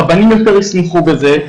הרבנים יותר ישמחו בזה,